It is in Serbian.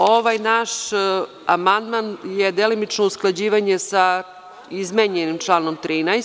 Ovaj naš amandman je delimično usklađivanje sa izmenjenim članom 13.